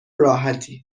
راحتی